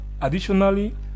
Additionally